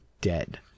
dead